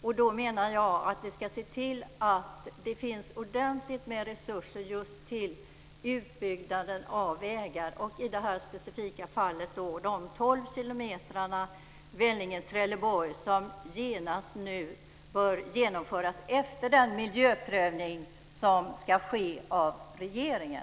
Jag menar att vi ska se till att det finns ordentligt med resurser till utbyggnaden av vägar, och i det här specifika fallet till de 12 kilometrarna väg mellan Vellinge och Trelleborg. Den utbyggnaden bör genomföras genast efter den miljöprövning som ska ske av regeringen.